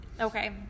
Okay